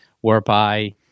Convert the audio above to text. whereby